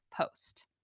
post